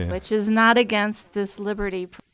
and which is not against this liberty